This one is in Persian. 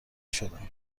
شدم